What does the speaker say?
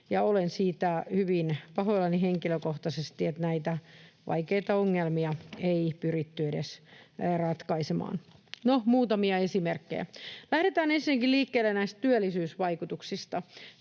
Olen siitä hyvin pahoillani henkilökohtaisesti, että edes näitä vaikeita ongelmia ei pyritty ratkaisemaan. No, muutamia esimerkkejä. Lähdetään ensinnäkin liikkeelle näistä työllisyysvaikutuksista.